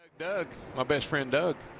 doug, my best friend doug.